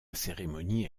cérémonie